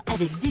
Avec